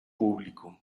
público